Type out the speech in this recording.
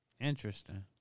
Interesting